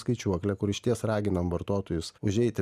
skaičiuoklę kur išties raginam vartotojus užeiti